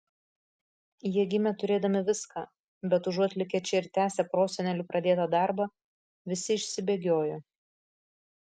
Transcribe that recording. jie gimė turėdami viską bet užuot likę čia ir tęsę prosenelių pradėtą darbą visi išsibėgiojo